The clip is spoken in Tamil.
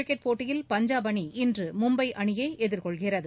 கிரிக்கெட் போட்டியில் பஞ்சாப் அணி இன்று மும்பை அணியை எதிர்கொள்கிறது